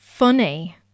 funny